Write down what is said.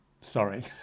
sorry